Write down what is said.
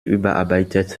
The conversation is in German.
überarbeitet